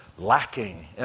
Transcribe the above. Lacking